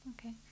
okay